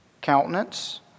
countenance